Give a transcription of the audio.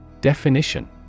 Definition